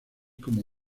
como